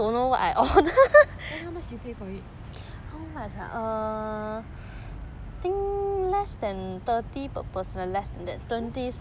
then how much you pay for it